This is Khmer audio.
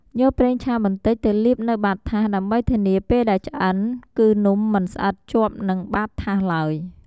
យកប្រេងឆាបន្តិចទៅលាបនៅបាតថាស ដើម្បីធានាពេលដែលឆ្អិនគឺនំមិនស្អិតជាប់នៅបាតថាសឡើយ។